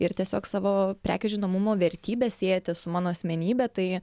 ir tiesiog savo prekių žinomumo vertybes siejate su mano asmenybe tai